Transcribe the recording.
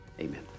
amen